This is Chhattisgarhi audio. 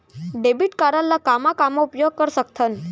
डेबिट कारड ला कामा कामा उपयोग कर सकथन?